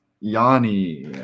Yanni